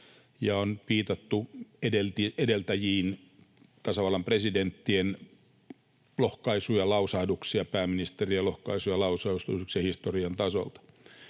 ja on viitattu edeltäjiin — tasavallan presidenttien lohkaisuja ja lausahduksia, pääministerien lohkaisuja ja lausahduksia historian tasolta.